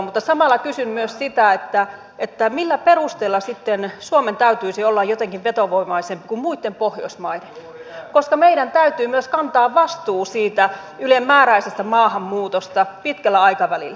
mutta samalla kysyn myös sitä millä perusteella sitten suomen täytyisi olla jotenkin vetovoimaisempi kuin muitten pohjoismaiden koska meidän täytyy myös kantaa vastuu siitä ylenmääräisestä maahanmuutosta pitkällä aikavälillä